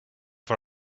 for